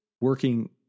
working